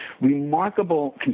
remarkable